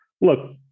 Look